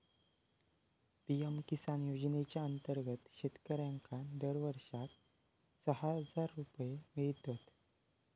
PM Kisan योजनेच्या अंतर्गत शेतकऱ्यांका दरवर्षाक सहा हजार रुपये मिळतत